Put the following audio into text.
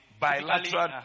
Bilateral